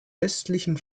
östlichen